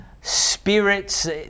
spirits